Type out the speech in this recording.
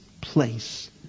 place